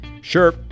Sure